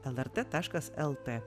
lrt taškas lt